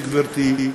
גברתי,